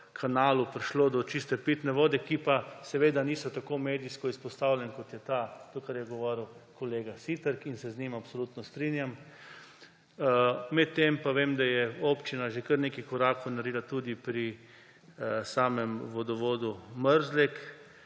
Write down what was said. Kanalu prišlo do čiste pitne vode, ki pa seveda niso tako medijsko izpostavljeni, kot je ta, kot je govoril kolega Siter in se z njim absolutno strinjam. Medtem pa vem, da je občina že kar nekaj korakov naredila tudi pri samem vodovodu Mrzlek,